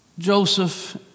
Joseph